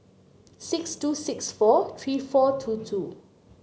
six two six four three four two two